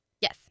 Yes